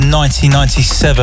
1997